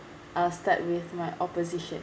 I'll start with my opposition